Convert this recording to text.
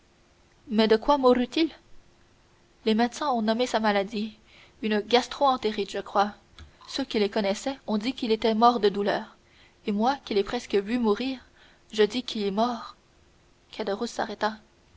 mais de quoi mourut il les médecins ont nommé sa maladie une gastro entérite je crois ceux qui le connaissaient ont dit qu'il était mort de douleur et moi qui l'ai presque vu mourir je dis qu'il est mort caderousse s'arrêta